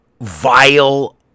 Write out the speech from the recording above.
vile